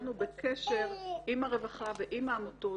אנחנו בקשר עם הרווחה ועם העמותות,